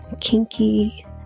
kinky